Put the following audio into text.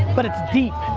but it's deep.